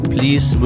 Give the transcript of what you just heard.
Please